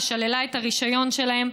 ששללה את הרישיון שלהם,